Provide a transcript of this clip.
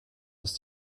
ist